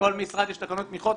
לכל משרד יש תקנות תמיכות,